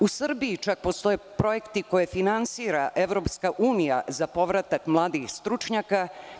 U Srbiji čak postoje projekti koje finansira EU za povratak mladih stručnjaka.